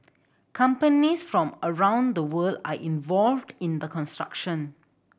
companies from around the world are involved in the construction